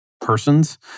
persons